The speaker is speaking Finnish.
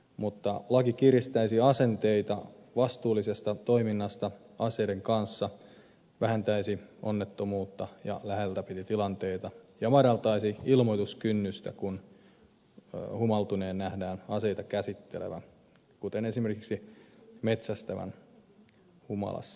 mutta laki kiristäisi asenteita koskien vastuullista toimintaa aseiden kanssa vähentäisi onnettomuuksia ja läheltä piti tilanteita ja madaltaisi ilmoituskynnystä kun humaltuneen nähdään aseita käsittelevän kuten esimerkiksi metsästävän humalassa